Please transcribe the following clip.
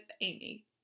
Amy